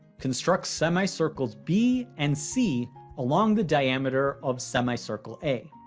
construct semicircles b and c along the diameter of semicircle a.